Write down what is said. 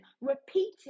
repeating